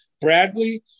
Bradley